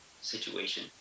situation